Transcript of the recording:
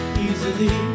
easily